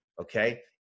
Okay